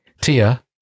Tia